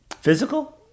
physical